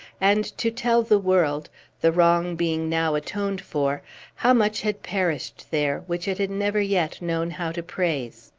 and to tell the world the wrong being now atoned for how much had perished there which it had never yet known how to praise.